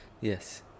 yes